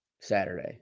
Saturday